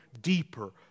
deeper